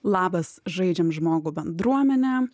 labas žaidžiam žmogų bendruomene